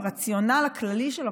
הרציונל הכללי שלו,